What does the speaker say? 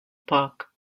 park